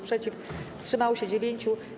przeciw, wstrzymało się 9.